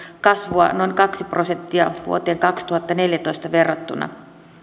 kasvua noin kaksi prosenttia vuoteen kaksituhattaneljätoista verrattuna